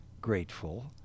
grateful